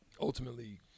Ultimately